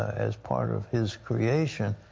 as part of his creation,